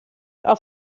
auf